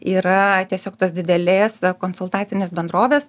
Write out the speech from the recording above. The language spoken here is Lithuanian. yra tiesiog tos didelės konsultacinės bendrovės